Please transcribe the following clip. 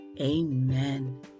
Amen